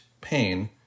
pain